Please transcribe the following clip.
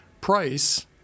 price